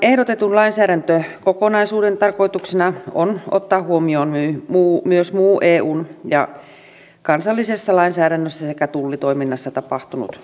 tämän ehdotetun lainsäädäntökokonaisuuden tarkoituksena on ottaa huomioon myös muu kansallisessa ja eun lainsäädännössä sekä tullitoiminnassa tapahtunut kehitys